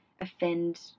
offend